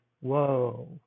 whoa